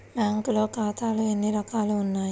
బ్యాంక్లో ఖాతాలు ఎన్ని రకాలు ఉన్నావి?